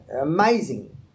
Amazing